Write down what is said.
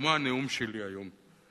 כמו הנאום שלי היום.